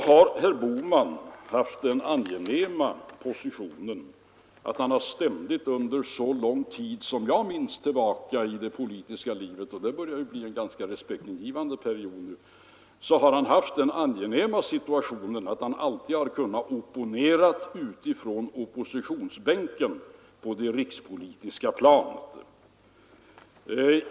Herr Bohman har haft den angenäma positionen att han ständigt under så lång tid tillbaka som jag minns i det politiska livet — och det börjar ju bli en ganska respektingivande period — från oppositionsbänken kunnat opponera på det rikspolitiska planet.